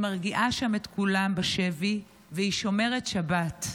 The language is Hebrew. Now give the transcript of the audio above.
היא מרגיעה שם את כולם בשבי והיא שומרת שבת.